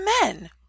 men